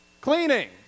Cleaning